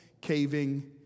caving